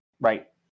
Right